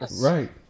right